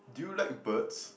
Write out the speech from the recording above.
do you like birds